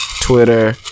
Twitter